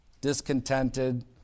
discontented